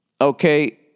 okay